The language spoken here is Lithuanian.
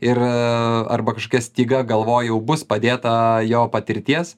ir arba kažkokia styga galvoj jau bus padėta jo patirties